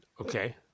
Okay